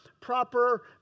proper